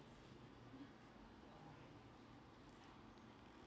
she or